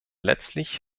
letztlich